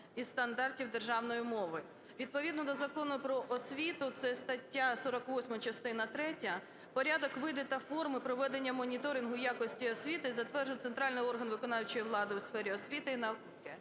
із стандартів державної мови. Відповідно до Закону "Про освіту", це стаття 48 частина третя, порядок, види та форми проведення моніторингу якості освіти затверджує центральний орган виконавчої влади у сфері освіти і науки,